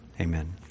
amen